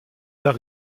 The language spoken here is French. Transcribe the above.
pas